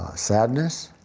ah sadness,